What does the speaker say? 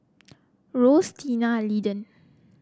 Ross Tina and Linden